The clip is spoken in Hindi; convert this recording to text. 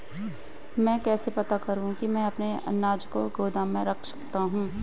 मैं कैसे पता करूँ कि मैं अपने अनाज को गोदाम में रख सकता हूँ?